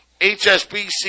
HSBC